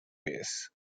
base